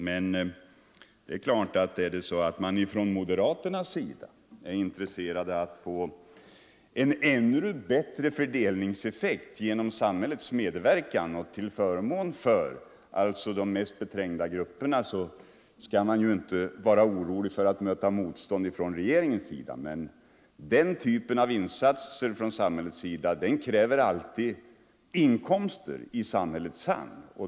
Men det är klart att om moderaterna är intresserade av att få en ännu bättre fördelningseffekt genom samhällets medverkan till förmån för de mest beträngda grupperna, så skall man inte vara orolig för att möta motstånd från regeringens sida. Den typen av samhällsinsatser kräver dock alltid inkomster i samhällets hand.